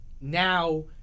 now